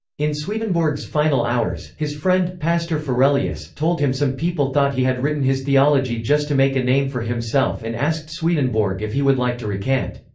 in swedenborg's final hours, his friend, pastor ferelius, told him some people thought he had written his theology just to make a name for himself and asked swedenborg if he would like to recant.